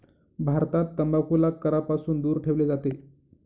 भारतात तंबाखूला करापासून दूर ठेवले जाते